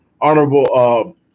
Honorable